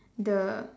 the